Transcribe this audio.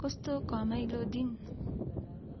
कस्तो घमाइलो दिन